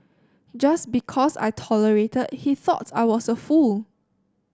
just because I tolerated he thought I was a fool